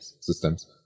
systems